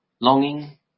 longing